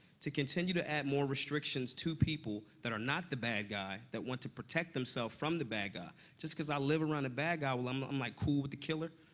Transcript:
to continue to add more restrictions to people that are not the bad guy, that want to protect themselves from the bad guy. just cause i live around a bad guy, i'm i'm, like, cool with the killer?